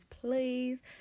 please